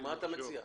מה אתה מציע?